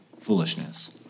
foolishness